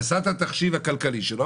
ועשה את התחשיב הכלכלי שלו,